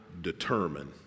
determine